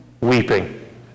weeping